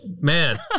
Man